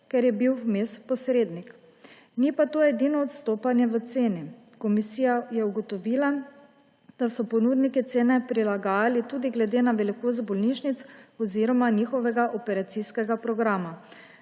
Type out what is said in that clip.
ker je bil vmes posrednik. Ni pa to edino odstopanje v ceni. Komisija je ugotovila, da so ponudniki cene prilagajali tudi glede na velikost bolnišnic oziroma njihovega operacijskega programa.